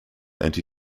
anti